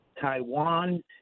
Taiwan